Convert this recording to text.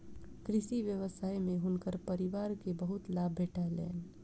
कृषि व्यवसाय में हुनकर परिवार के बहुत लाभ भेटलैन